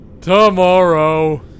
tomorrow